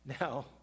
Now